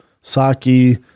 Saki